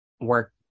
work